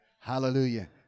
Hallelujah